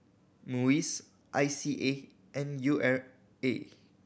MUIS I C A and U R A